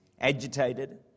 agitated